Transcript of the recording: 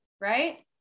right